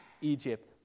Egypt